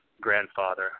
grandfather